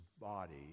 body